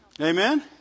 Amen